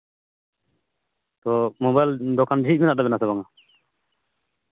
ᱛᱚ ᱢᱳᱵᱟᱭᱤᱞ ᱫᱚᱠᱟᱱ ᱡᱷᱤᱡ ᱢᱮᱱᱟᱜ ᱛᱟᱵᱮᱱᱟ ᱥᱮ ᱵᱟᱝᱼᱟ